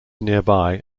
nearby